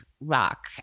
rock